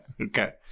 Okay